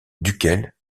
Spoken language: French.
duquel